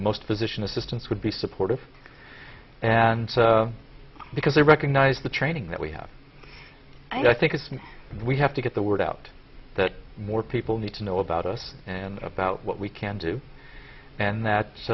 most position assistance would be supportive and because they recognize the training that we have i think it's when we have to get the word out that more people need to know about us and about what we can do and that